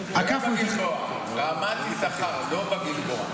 רמת יששכר, לא בגלבוע.